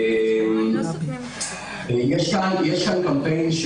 יש כאן קמפיין,